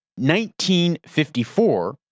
1954